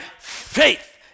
faith